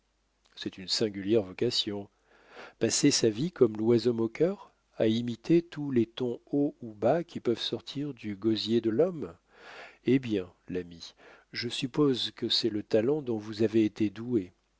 c'est une singulière vocation passer sa vie comme loiseau moqueur à imiter tous les tons hauts ou bas qui peuvent sortir du gosier de l'homme eh bien l'ami je suppose que c'est le talent dont vous avez été doué